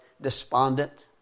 despondent